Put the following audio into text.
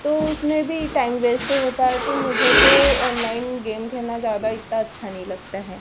तो उसमें भी टाइम वेस्ट होता है तो मुझे तो ओनलाइन गेम खेलना ज़्यादा इतना अच्छा नहीं लगता है